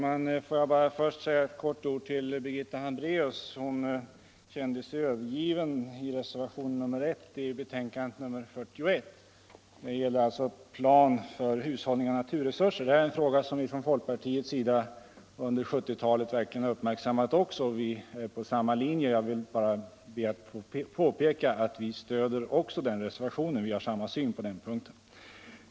Herr talman! Låt mig först vända mig till Birgitta Hambraeus. Hon kände sig övergiven när det gällde reservationen 1 vid betänkandet nr 41 om en plan för hushållning med naturresurser. Det är en fråga som vi från folkpartiets sida under 1970-talet också verkligen har uppmärksammat, och vi är där på samma linje som centern. Jag ber att få påpeka att vi stöder den reservationen — vi har samma syn på den punkten.